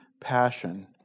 passion